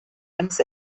eines